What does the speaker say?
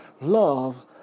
love